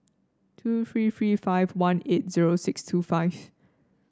two three three five one eight zero six two five